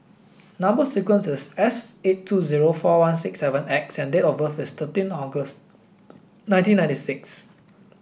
number sequence is S eight two zero four one six seven X and date of birth is thirteen August nineteen ninety six